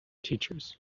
teachers